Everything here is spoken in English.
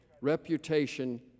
reputation